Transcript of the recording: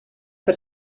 per